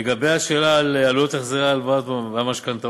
לגבי השאלה על עלויות החזרי ההלוואות והמשכנתאות,